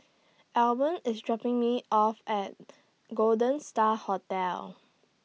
Eben IS dropping Me off At Golden STAR Hotel